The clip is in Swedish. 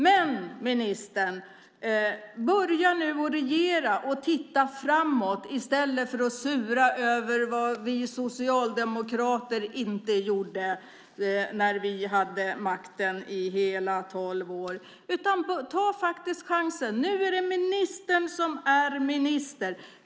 Men, ministern - börja nu att regera och titta framåt i stället för att sura över vad vi socialdemokrater inte gjorde när vi hade makten i hela tolv år. Ta chansen! Nu är det Åsa Torstensson som är minister.